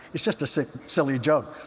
it's just a sick, silly joke.